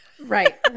right